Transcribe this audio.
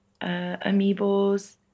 Amiibos